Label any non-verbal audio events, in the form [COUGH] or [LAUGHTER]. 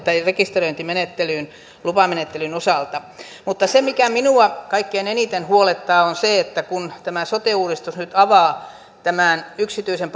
rekisteröintimenettelyyn lupamenettelyn osalta mutta se mikä minua kaikkein eniten huolettaa on se että tämä sote uudistus nyt avaa tämän yksityisen [UNINTELLIGIBLE]